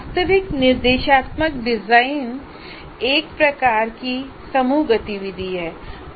वास्तविक निर्देशात्मक डिजाइन एक प्रकार की समूह गतिविधि है